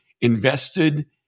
invested